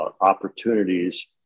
opportunities